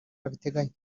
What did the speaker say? abiteganya